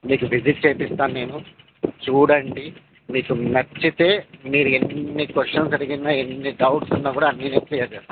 మీకు విజిట్ చేపిస్తాను నేను చూడండి మీకు నచ్చితే మీరు ఎన్ని క్వషన్స్ అడిగినా ఎన్ని డౌట్స్ ఉన్నా కూడా అన్నీ నేను క్లియర్ చేస్తాను సార్